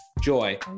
Joy